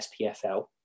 SPFL